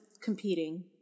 competing